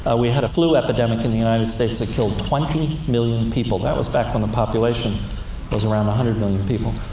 ah we had a flu epidemic in the united states that killed twenty million people. that was back when the population was around one hundred million people.